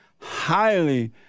highly